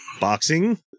Boxing